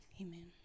amen